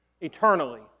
Eternally